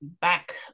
back